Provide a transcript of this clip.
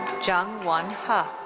jeong won huh.